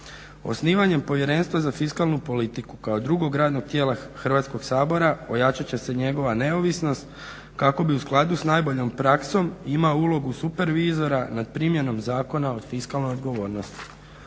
Osnivanjem Povjerenstva za fiskalnu politiku kao drugog radnog tijela Hrvatskog sabora ojačat će se njegova neovisnost kako bi u skladu s najboljom praksom imao ulogu supervizora nad primjenom Zakona o fiskalnoj odgovornosti.